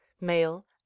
male